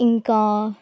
ఇంకా